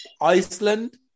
Iceland